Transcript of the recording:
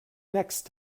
next